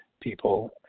people